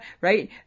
right